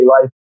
life